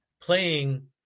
playing